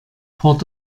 port